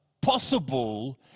possible